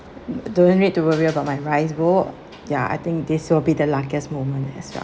don't need to worry about my rice bowl ya I think this will be the luckiest moment as well